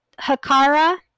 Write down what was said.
Hakara